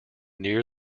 near